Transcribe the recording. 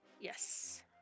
Yes